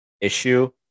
issue